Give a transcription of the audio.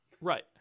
right